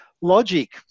logic